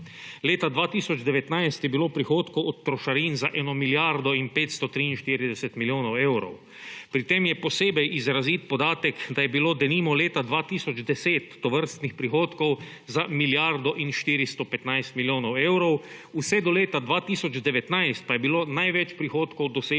Leta 2019 je bilo prihodkov od trošarin za 1 milijardo in 543 milijonov evrov. Pri tem je posebej izrazit podatek, da je bilo denimo leta 2010 tovrstnih prihodkov za milijardo in 415 milijonov evrov, vse do leta 2019 pa je bilo največ prihodkov doseženih